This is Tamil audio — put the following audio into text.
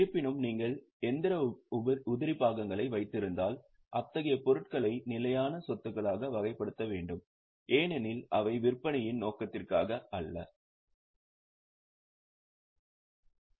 இருப்பினும் நீங்கள் இயந்திர உதிரிபாகங்களை வைத்திருந்தால் அத்தகைய பொருட்களை நிலையான சொத்துகளாக வகைப்படுத்த வேண்டும் ஏனெனில் அவை விற்பனையின் நோக்கத்திற்காக இல்லை